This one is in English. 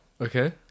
Okay